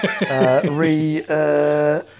Re